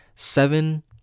Seven